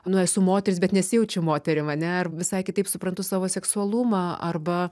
nu esu moteris bet nesijaučiu moterim ane ar visai kitaip suprantu savo seksualumą arba